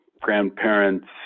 grandparents